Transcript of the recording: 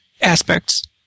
Aspects